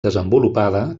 desenvolupada